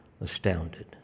astounded